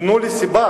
תנו לי סיבה.